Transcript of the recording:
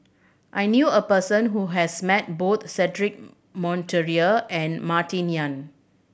I knew a person who has met both Cedric Monteiro and Martin Yan